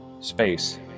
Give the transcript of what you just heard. space